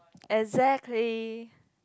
exactly